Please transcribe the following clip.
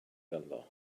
ganddo